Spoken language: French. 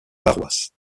paroisse